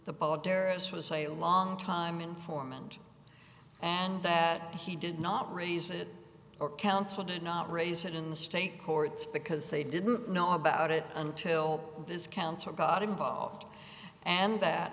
was a long time informant and that he did not raise it or counsel did not raise it in the state court because they didn't know about it until this council got involved and that